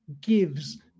Gives